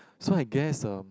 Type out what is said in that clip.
so I guess um